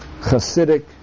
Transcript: Hasidic